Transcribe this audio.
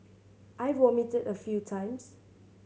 I vomited a few times